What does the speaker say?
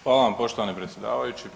Hvala vam poštovani predsjedavajući.